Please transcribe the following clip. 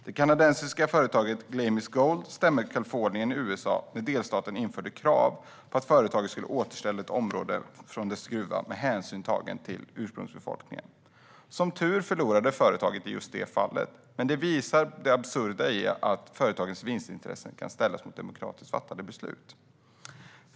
Det kanadensiska företaget Glamis Gold stämde Kalifornien i USA när delstaten införde krav på att företaget skulle återställa ett område vid dess gruva med hänsyn tagen till ursprungsbefolkningen. Som tur är förlorade företaget i just detta fall, men det visar det absurda i att företagens vinstintressen kan ställas mot demokratiskt fattade beslut.